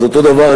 אז אותו הדבר,